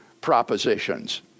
propositions